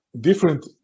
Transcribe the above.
different